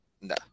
No